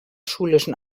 schulischen